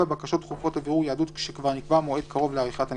(7) בקשות דחופות לבירור יהדות כשכבר נקבע מועד קרוב לעריכת הנישואין,